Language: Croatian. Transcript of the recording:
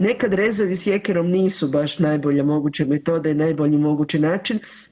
Nekad rezovi sjekirom nisu baš najbolje moguće metode i najbolji mogući način.